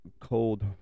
cold